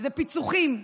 אלה פיצוחים.